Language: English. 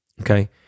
Okay